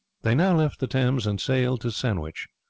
they now left the thames and sailed to sandwich.